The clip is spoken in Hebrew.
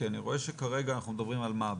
כי אני רואה שאנחנו מדברים על מה,